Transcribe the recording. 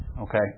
okay